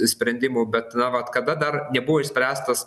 sprendimų bet na vat kada dar nebuvo išspręstas